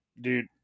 Dude